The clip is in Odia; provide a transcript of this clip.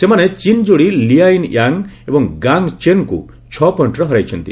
ସେମାନେ ଚୀନ୍ ଯୋଡ଼ି ଲିଆଇନ୍ ୟାଙ୍ଗ ଏବଂ ଗାଙ୍ଗ ଚେନ୍ଙ୍କୁ ଛ' ପଏଣ୍ଟରେ ହରାଇଛନ୍ତି